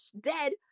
dead